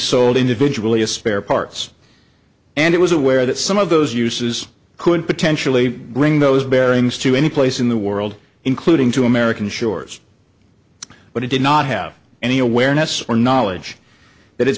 sold individually a spare parts and it was aware that some of those uses could potentially bring those bearings to any place in the world including to american shores but it did not have any awareness or knowledge that